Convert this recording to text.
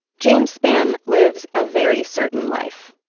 james spann lives a very certain life,